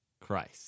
Christ